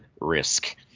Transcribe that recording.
risk